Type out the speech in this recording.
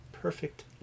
perfect